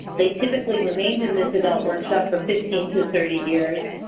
they typically remained in this adult workshop for fifteen to thirty years,